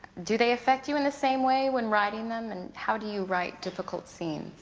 do they effect you in the same way when writing them? and how do you write difficult scenes?